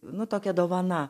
nu tokia dovana